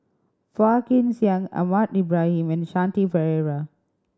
Phua Kin Siang Ahmad Ibrahim and Shanti Pereira